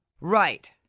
Right